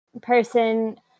person